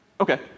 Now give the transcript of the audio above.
Okay